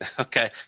ah okay,